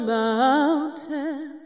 mountain